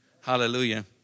Hallelujah